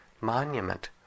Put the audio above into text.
monument